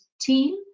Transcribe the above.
team